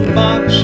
box